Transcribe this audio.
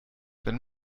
wenn